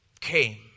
came